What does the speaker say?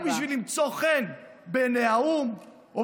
רק בשביל למצוא חן בעיני האו"ם או